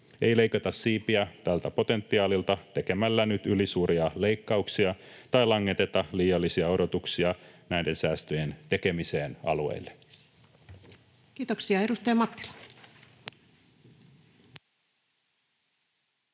Ei leikata siipiä tältä potentiaalilta tekemällä nyt ylisuuria leikkauksia tai langeteta liiallisia odotuksia näiden säästöjen tekemiseen alueille. [Speech 324] Speaker: